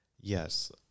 Yes